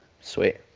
sweet